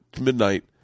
midnight